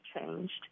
changed